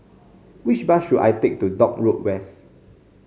which bus should I take to Dock Road West